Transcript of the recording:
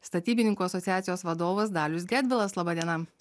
statybininkų asociacijos vadovas dalius gedvilas laba diena